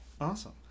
Awesome